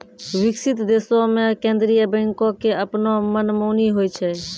विकसित देशो मे केन्द्रीय बैंको के अपनो मनमानी होय छै